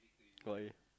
sorry